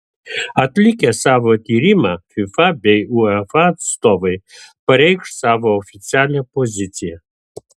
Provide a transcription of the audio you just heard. atlikę savo tyrimą fifa bei uefa atstovai pareikš savo oficialią poziciją